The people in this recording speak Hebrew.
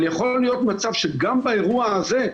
אבל יכול להיות מצב שגם באירוע הזה,